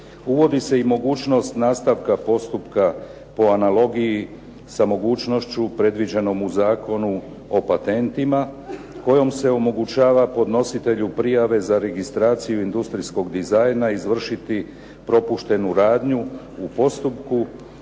Uvodi se i mogućnost nastavka postupka po analogiji sa mogućnošću predviđenom u Zakonu o patentima kojom se omogućava podnositelju prijave za registraciju industrijskog dizajna izvršiti propuštenu radnju u postupku